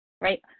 right